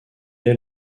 est